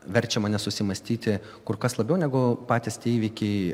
verčia mane susimąstyti kur kas labiau negu patys tie įvykiai